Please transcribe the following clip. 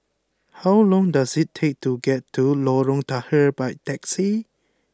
how long does it take to get to Lorong Tahar by taxi